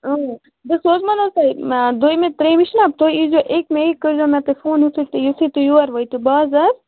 اۭں بہٕ سوزمو نہٕ حظ تۄہہِ دوٚیمہِ ترٛیٚیِمہِ چھِنا تُہۍ ییٖزیو أکِمہِ أکہِ کٔرۍزیو مےٚ تُہۍ فون یُتھُے تُہۍ یُتھُے تُہۍ یور وٲتِو بازر